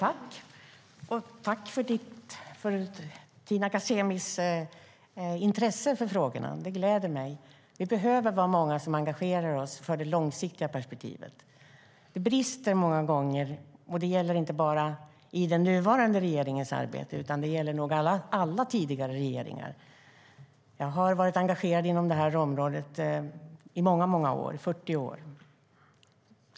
Herr talman! Jag tackar för Tina Ghasemis intresse för frågorna. Det gläder mig. Vi behöver vara många som engagerar oss för det långsiktiga perspektivet. Det brister många gånger. Det gäller inte bara i den nuvarande regeringens arbete, utan det gäller nog alla tidigare regeringar. Jag har varit engagerad inom detta område i många år - 40 år.